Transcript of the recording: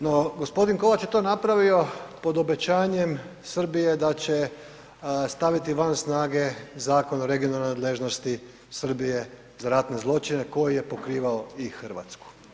No, g. Kovač je to napravio pod obećanjem Srbije da će staviti van snage Zakon o regionalnoj nadležnosti Srbije za ratne zločine koji je pokrivao i RH.